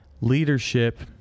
leadership